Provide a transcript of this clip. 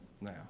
now